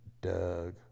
Doug